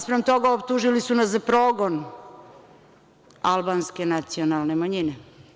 Naspram toga optužili su nas za progon albanske nacionalne manjine.